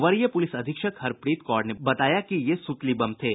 वरीय पुलिस अधीक्षक हरप्रीत कौर ने बताया कि ये सुतली बम थे